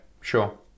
sure